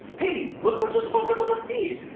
hey look what just popped up on the feed.